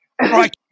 Right